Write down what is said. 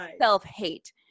self-hate